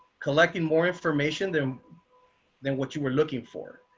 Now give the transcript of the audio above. collecting more information than than what you were looking for.